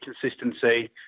consistency